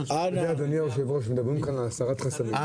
אדוני היו"ר, מדברים כאן על הסרת חסמים.